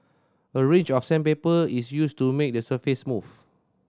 a range of sandpaper is used to make the surface smooth